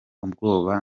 ubwoba